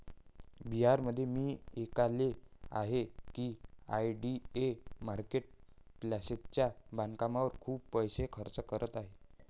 बिहारमध्ये मी ऐकले आहे की आय.डी.ए मार्केट प्लेसच्या बांधकामावर खूप पैसा खर्च करत आहे